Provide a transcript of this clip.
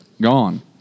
gone